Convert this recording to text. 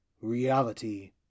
Reality